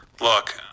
Look